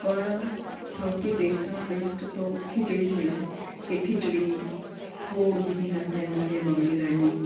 પણ સૌથી બેસ્ટમાં બેસ્ટ તો ખીચડી જ હોય છે તે ખીચડી થોડુ ઘી નાંખીને બનાવીએ મગની દાળની